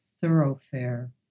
thoroughfare